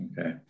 Okay